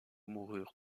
moururent